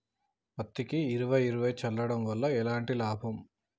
పత్తికి ఇరవై ఇరవై చల్లడం వల్ల ఏంటి లాభం?